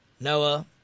Noah